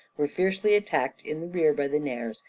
were fiercely attacked in rear by the nairs,